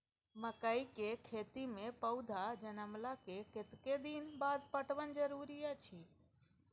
मकई के खेती मे पौधा जनमला के कतेक दिन बाद पटवन जरूरी अछि?